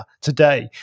today